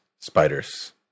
spiders